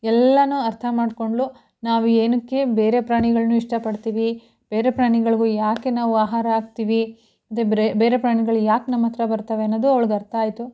ಎಲ್ಲವೂ ಅರ್ಥ ಮಾಡ್ಕೊಂಡ್ಳು ನಾವು ಏನಕ್ಕೆ ಬೇರೆ ಪ್ರಾಣಿಗಳನ್ನು ಇಷ್ಟಪಡ್ತೀವಿ ಬೇರೆ ಪ್ರಾಣಿಗಳಿಗೂ ಯಾಕೆ ನಾವು ಆಹಾರ ಹಾಕ್ತೀವಿ ಅಂದರೆ ಬ್ರೆ ಬೇರೆ ಪ್ರಾಣಿಗಳು ಯಾಕೆ ನಮ್ಮ ಹತ್ರ ಬರ್ತಾವೆ ಅನ್ನೋದು ಅವ್ಳಿಗೆ ಅರ್ಥ ಆಯಿತು